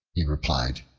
he replied,